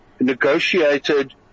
negotiated